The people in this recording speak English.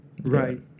Right